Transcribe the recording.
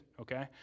okay